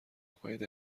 عقاید